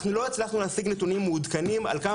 אנחנו לא הצלחנו להשיג נתונים מעודכנים על כמה